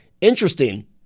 Interesting